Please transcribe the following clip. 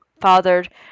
fathered